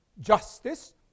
justice